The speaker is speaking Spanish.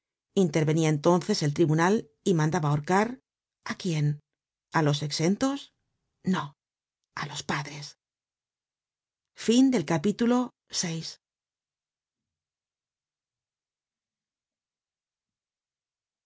intervenia entonces el tribunal y mandaba ahorcar á quién á los exentos no á los padres